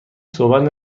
صحبت